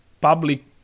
public